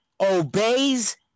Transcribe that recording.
obeys